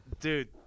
dude